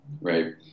right